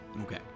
Okay